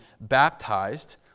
baptized